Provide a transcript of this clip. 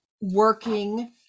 working